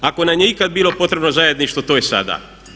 Ako nam je ikad bilo potrebno zajedništvo to je sada.